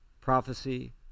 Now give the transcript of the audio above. Prophecy